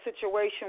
situation